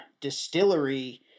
Distillery